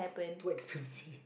too expensive